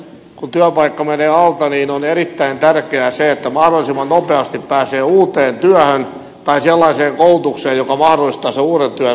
kun työpaikka menee alta niin on erittäin tärkeää se että mahdollisimman nopeasti pääsee uuteen työhön tai sellaiseen koulutukseen joka mahdollistaa sen uuden työn saamisen